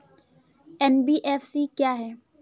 NBFC क्या है?